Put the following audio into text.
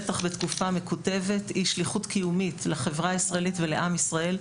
בטח בתקופה מקוטבת היא שליחות קיומית לחברה הישראלית ולעם ישראל,